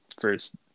first